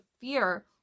fear